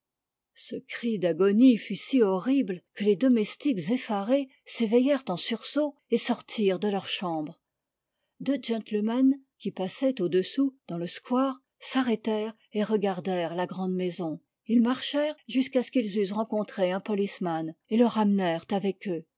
ce cri d'agonie fut si horrible que les domestiques effarés s'éveillèrent en sursaut et sortirent de leurs chambres deux gentlemen qui passaient au-dessous dans le square s'arrêtèrent et regardèrent la grande maison ils marchèrent jusqu'à ce qu'ils eussent rencontré un poligernan et le ramenèrent avec eux